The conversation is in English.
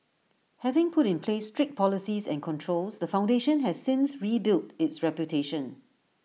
having put in place strict policies and controls the foundation has since rebuilt its reputation